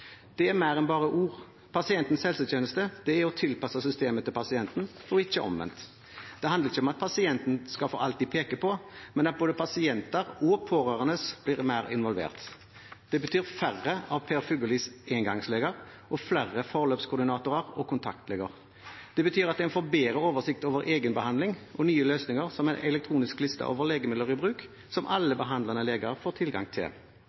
Det er mer enn bare ord. Pasientens helsetjeneste er å tilpasse systemet til pasienten og ikke omvendt. Det handler ikke om at pasientene skal få alt de peker på, men om at både pasienter og pårørende blir mer involvert. Det betyr færre av Per Fugellis engangsleger og flere forløpskoordinatorer og kontaktleger. Det betyr at en får bedre oversikt over egenbehandling og nye løsninger, som elektronisk liste over legemidler i bruk, som alle behandlende leger får tilgang til.